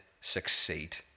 succeed